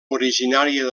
originària